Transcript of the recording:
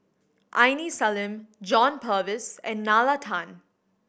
Aini Salim John Purvis and Nalla Tan